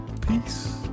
Peace